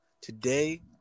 Today